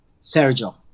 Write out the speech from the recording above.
Sergio